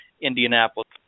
Indianapolis